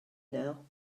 now